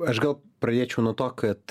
aš gal pradėčiau nuo to kad